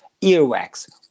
earwax